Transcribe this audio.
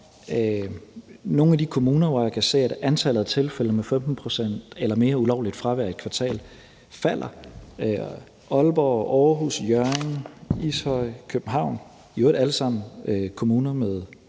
nogle af de kommuner, hvor jeg kan se, at antallet af tilfælde med 15 pct. eller mere ulovligt fravær i et kvartal falder – Aalborg, Aarhus, Hjørring, Ishøj og København, som i øvrigt næsten alle sammen er kommuner med